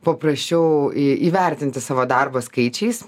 paprasčiau įvertinti savo darbą skaičiais